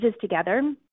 together